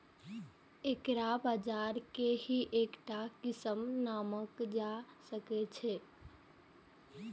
एकरा बाजार के ही एकटा किस्म मानल जा सकै छै